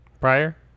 Prior